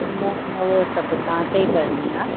न न उहो सभु तव्हांखे ई करणी आहे